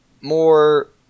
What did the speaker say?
more